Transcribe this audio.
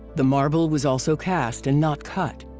the marble was also cast and not cut.